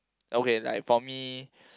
okay like for me